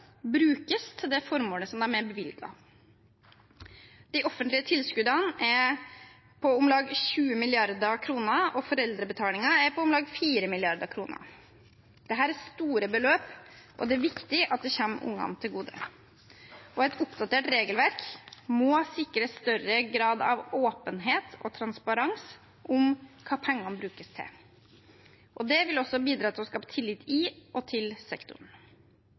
brukes til det formålet de er bevilget til. De offentlige tilskuddene er på om lag 20 mrd. kr, og foreldrebetalingen er på om lag 4 mrd. kr. Dette er store beløp, og det er viktig at det kommer ungene til gode. Et oppdatert regelverk må sikre større grad av åpenhet og transparens om hva pengene brukes til. Det vil også bidra til å skape tillit i og til sektoren.